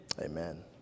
Amen